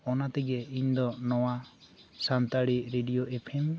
ᱚᱱᱟᱛᱮᱜᱮ ᱤᱧᱫᱚ ᱱᱚᱶᱟ ᱥᱟᱱᱛᱟᱲᱤ ᱨᱮᱰᱤᱭᱳ ᱮᱯᱷᱮᱢ